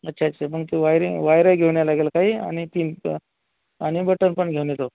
अच्छा अच्छा मग ते वायरिंग वायरही घेऊन यावं लागेल काही आणि पिन पण आणि बटन पण घेऊन येतो